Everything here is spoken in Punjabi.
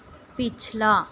ਪਿਛਲਾ